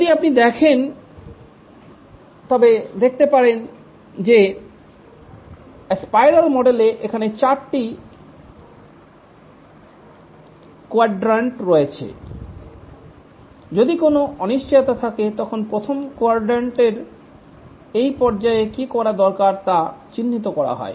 যদি আপনি দেখেন তবে দেখতে পাবেন যে স্পাইরাল মডেলে এখানে চারটি কুয়াড্রান্ট রয়েছে যদি কোন অনিশ্চয়তা থাকে তখন প্রথম কুয়াড্রান্ট এর এই পর্যায়ে কী করা দরকার তা চিহ্নিত করা হয়